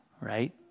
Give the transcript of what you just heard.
right